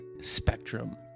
spectrum